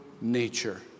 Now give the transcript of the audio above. nature